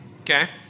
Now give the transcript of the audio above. Okay